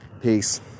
Peace